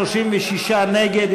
36 נגד,